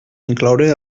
incloure